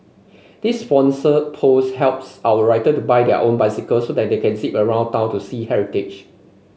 this sponsored post helps our writer buy their own bicycles so they can zip around town to see heritage